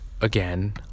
again